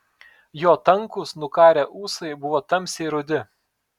jo tankūs nukarę ūsai buvo tamsiai rudi